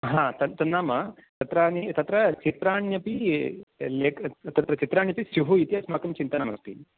हा तत् तन्नाम तत्रनि तत्र चित्राण्यपि लेक तत्र चित्राण्यपि स्युः इति अस्माकं चिन्तनमस्ति